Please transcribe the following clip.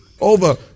over